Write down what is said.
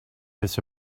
this